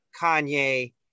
Kanye